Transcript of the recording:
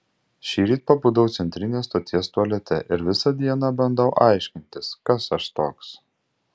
šįryt pabudau centrinės stoties tualete ir visą dieną bandau aiškintis kas aš toks